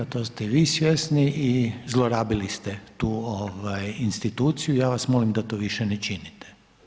To ste vi svjesni i zlorabili ste tu instituciju, ja vas molim da to više ne činite.